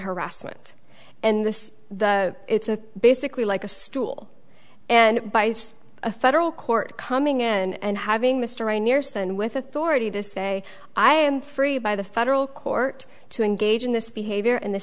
harassment and this it's a basically like a stool and by a federal court coming in and having mr right nears the end with authority to say i am free by the federal court to engage in this behavior and the